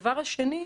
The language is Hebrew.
הדבר השני,